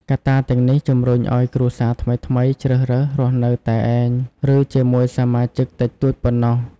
កត្តាទាំងនេះជំរុញឱ្យគ្រួសារថ្មីៗជ្រើសរើសរស់នៅតែឯង ឬជាមួយសមាជិកតិចតួចប៉ុណ្ណោះ។